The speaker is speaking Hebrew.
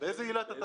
באיזו עילה תעשה